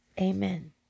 Amen